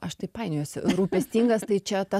aš tai painiojuosi rūpestingas tai čia tas